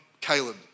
Caleb